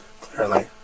Clearly